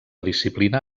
disciplina